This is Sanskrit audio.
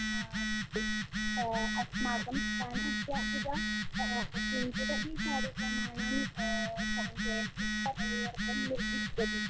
हा अस्तु अस्माकं स्थानध्यापिका किञ्चिदपि कार्यक्रमाणां सङ्केतं करणीयार्थं निर्दिष्टति